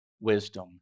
wisdom